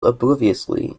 obliviously